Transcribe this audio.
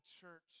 church